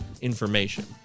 information